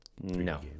No